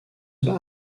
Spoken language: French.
bat